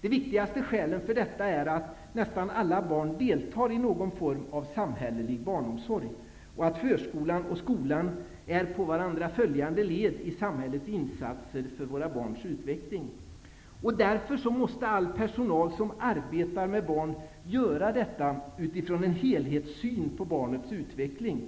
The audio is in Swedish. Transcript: De viktigaste skälen för detta är att nästan alla barn deltar i någon form av samhällelig barnomsorg, och att förskolan och skolan är på varandra följande led i samhällets insatser för våra barns utveckling. Därför måste all personal som arbetar med barn göra detta utifrån en helhetssyn på barnets utveckling.